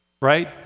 right